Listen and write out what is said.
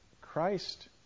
Christ